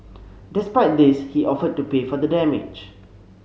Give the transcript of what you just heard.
despite this he offered to pay for the damage